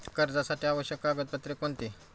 कर्जासाठी आवश्यक कागदपत्रे कोणती?